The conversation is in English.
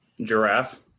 Giraffe